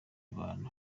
bantu